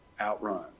outrun